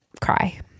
Cry